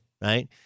right